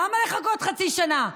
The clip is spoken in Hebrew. למה לחכות חצי שנה?